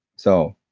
so,